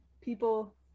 people